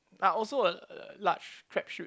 are also a large track shoot